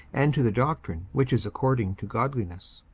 and to the doctrine which is according to godliness